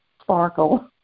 sparkle